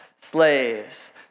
slaves